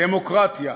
דמוקרטיה.